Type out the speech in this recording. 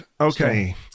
okay